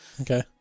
Okay